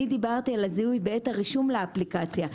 אני דיברתי על הזיהוי בעת הרישום לאפליקציה,